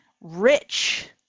rich